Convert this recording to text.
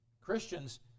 Christians